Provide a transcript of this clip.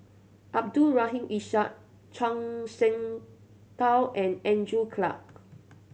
Abdul Rahim Ishak Zhuang Shengtao and Andrew Clarke